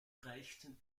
reichten